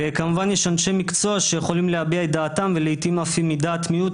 כמובן יש אנשי מקצוע שיכולים להביע את דעתם ולעתים אף אם היא דעת מיעוט,